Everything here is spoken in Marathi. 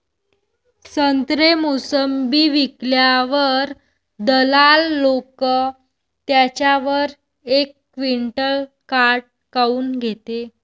संत्रे, मोसंबी विकल्यावर दलाल लोकं त्याच्यावर एक क्विंटल काट काऊन घेते?